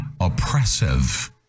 oppressive